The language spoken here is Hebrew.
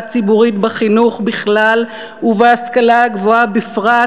הציבורית בחינוך בכלל ובהשכלה הגבוהה בפרט,